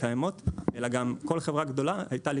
קיימות אלא גם כל חברה גדולה הייתה גם